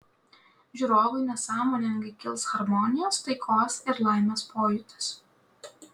žiūrovui nesąmoningai kils harmonijos taikos ir laimės pojūtis